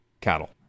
cattle